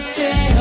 day